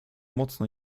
mocno